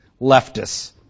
leftists